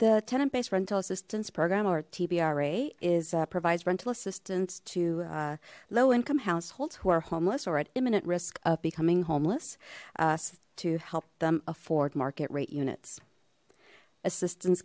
the tenant based rental assistance program or tb ra is provides rental assistance to low income households who are homeless or at imminent risk of becoming homeless us to help them afford market rate units assistance